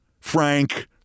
Frank